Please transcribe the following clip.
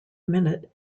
minute